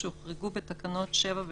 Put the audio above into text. והיחסים בין המעסיק לעובד מוסדרים בתקנות של